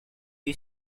you